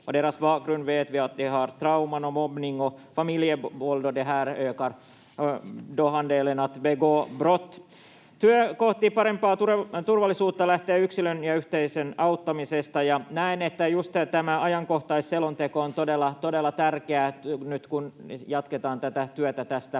om deras bakgrund vet vi att de har upplevt trauma, mobbning och familjevåld, och det här ökar andelen som begår brott. Työ kohti parempaa turvallisuutta lähtee yksilön ja yhteisön auttamisesta, ja näen, että tämä ajankohtaisselonteko on todella tärkeä nyt, kun jatketaan tätä työtä tästä